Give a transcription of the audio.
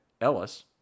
Ellis